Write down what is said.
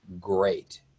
great